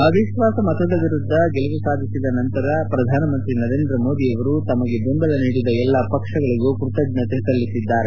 ಅವಿಶ್ವಾಸ ಮತದ ವಿರುದ್ಧ ಗೆಲುವು ಸಾಧಿಸಿದ ನಂತರ ಪ್ರಧಾನಮಂತ್ರಿ ನರೇಂದ್ರ ಮೋದಿ ಅವರು ತಮಗೆ ಬೆಂಬಲ ನೀಡಿದ ಎಲ್ಲಾ ಪಕ್ಷಗಳಿಗೂ ಕೃತಜ್ಞತೆಗಳನ್ನು ಹೇಳಿದರು